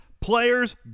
Players